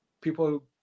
people